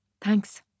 Thanks